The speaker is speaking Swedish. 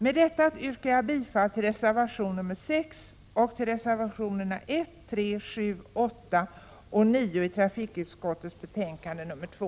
Med detta yrkar jag bifall till reservation 6 och till reservationerna 1,3, 7,8 och 9 i trafikutskottets betänkande 2.